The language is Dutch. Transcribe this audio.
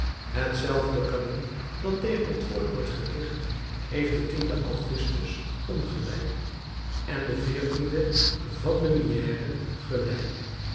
hetzelfde kanon dat tegen het volk wordt gericht heeft den den augustus ongelijk en den veertienden van de mère gelijk de schijn is gelijk